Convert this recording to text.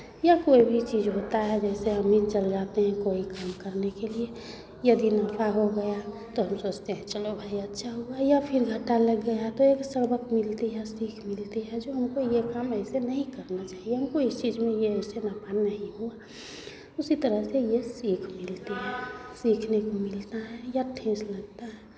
या कोई भी चीज़ होता है जैसे हम ही चले जाते हैं कोई काम करने के लिए यदि नफ़ा हो गया तो हम सोचते हैं चलो भाई अच्छा हुआ या फिर घाटा लग गया तो सबक मिलती है सीख मिलती है जो हमको ये काम ऐसे नहीं करना चाहिए हमको इस चीज़ में ये इससे नफ़ा नहीं हुआ उसी तरह से ये सीख मिलती है सीखने को मिलता है या ठेस लगता है